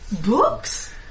Books